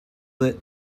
light